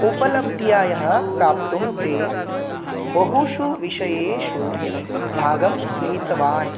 उपलब्ध्या यः प्राप्तुं ते बहुषु विषयेषु भागं गृहीतवान्